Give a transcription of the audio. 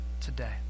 today